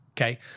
okay